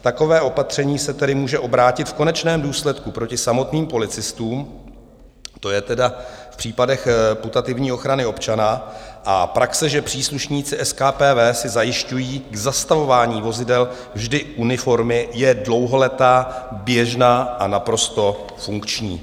Takové opatření se tedy může obrátit v konečném důsledku proti samotným policistům, to je tedy v případech putativní ochrany občana, a praxe, že příslušníci SKPV si zajišťují k zastavování vozidel vždy uniformy, je dlouholetá, běžná a naprosto funkční.